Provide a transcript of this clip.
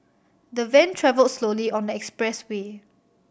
the van travelled slowly on the expressway